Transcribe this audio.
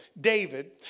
David